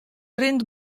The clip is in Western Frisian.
rint